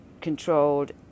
controlled